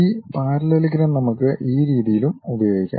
ഈ പാരല്ലലഗ്രം നമുക്ക് ആ രീതിയിലും ഉപയോഗിക്കാം